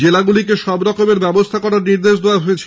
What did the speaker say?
জেলাগুলিকে সবরকমের ব্যবস্হা নেওয়ার নির্দেশ দেওয়া হয়েছে